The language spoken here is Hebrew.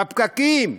בפקקים?